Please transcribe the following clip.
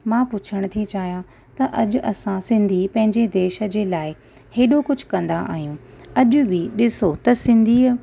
मां पुछण थी चाहियां त अॼु असां सिंधी पंहिंजे देश जे लाइ हेॾो कुझु कंदा आहियूं अॼ बि ॾिसो त सिंधी